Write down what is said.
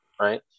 right